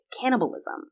cannibalism